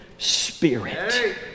Spirit